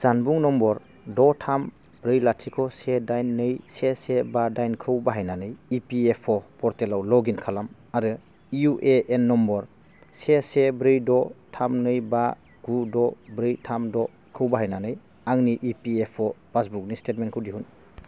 जानबुं नम्बर द' थाम ब्रै लाथिख' से दाइन नै से से बा दाइनखौ बाहायनानै इपिएफअ' पर्टेलाव लग इन खालाम आरो इउएएन नम्बर से से ब्रै द' थाम नै बा गु द' ब्रै थाम द'खौ बाहायनानै आंनि इपिएफअ' पासबुकनि स्टेटमेन्टखौ दिहुन